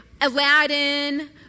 Aladdin